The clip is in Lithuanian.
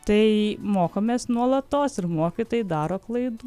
tai mokomės nuolatos ir mokytojai daro klaidų